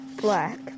black